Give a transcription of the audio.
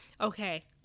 okay